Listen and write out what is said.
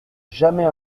jamais